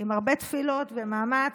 עם הרבה תפילות ומאמץ,